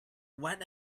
when